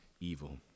evil